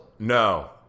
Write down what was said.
No